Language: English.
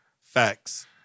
Facts